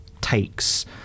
takes